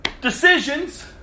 decisions